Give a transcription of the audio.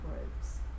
groups